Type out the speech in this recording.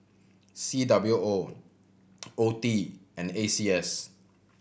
C W O O T and A C S